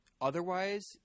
Otherwise